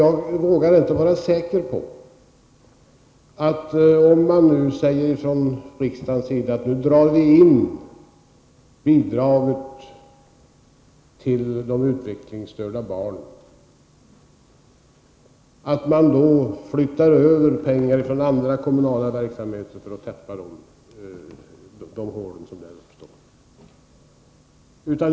Jag vågar inte vara säker på att man, om riksdagen säger att nu drar vi in bidraget till de utvecklingsstörda barnen, flyttar över pengar från andra kommunala verksamheter för att täppa till de hål som då uppstår.